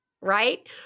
right